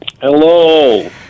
Hello